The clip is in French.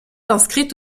inscrite